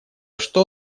что